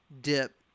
dip